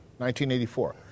1984